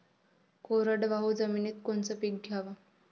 कोरडवाहू जमिनीत कोनचं पीक घ्याव?